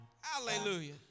Hallelujah